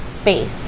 space